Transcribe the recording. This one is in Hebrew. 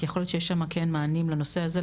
יכול להיות שיש שמה כן מענים לנושא הזה,